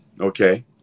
okay